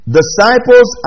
disciples